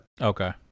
Okay